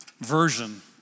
version